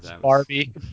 Barbie